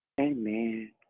Amen